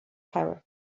power